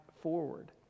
forward